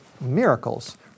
miracles